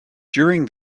during